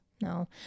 No